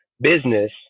business